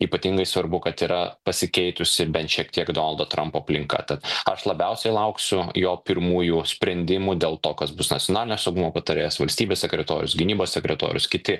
ypatingai svarbu kad yra pasikeitusi bent šiek tiek donaldo trampo aplinka tad aš labiausiai lauksiu jo pirmųjų sprendimų dėl to kas bus nacionalinio saugumo patarėjas valstybės sekretorius gynybos sekretorius kiti